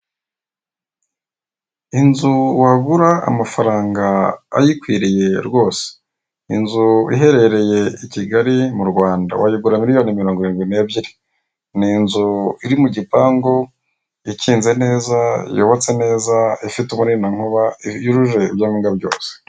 Inzu, wagura mafaranga ayikwiriye rwose, inzu iherereye i Kigali mu Rwanda, wayigura miliyoni mirongo irindwi n'ebyiri, ni inzu iri mu gipangu, ikinze neza, yubatse neza, ifite umurinda nkuba, yujuje ibyangombwa byose.